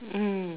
mm